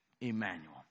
Emmanuel